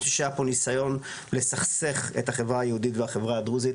אני חושב שהיה פה ניסיון לסכסך את החברה היהודית והחברה הדרוזית,